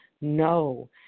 No